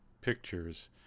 pictures